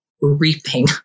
reaping